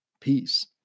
Peace